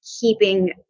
keeping